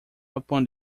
upon